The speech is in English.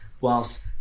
whilst